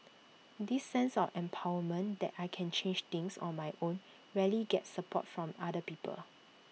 this sense of empowerment that I can change things on my own rarely gets support from other people